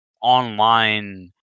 online